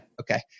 Okay